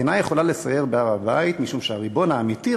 אינה יכולה לסייר בהר-הבית משום שהריבון האמיתי,